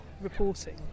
reporting